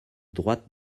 droite